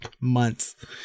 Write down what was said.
months